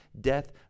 death